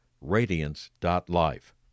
Radiance.life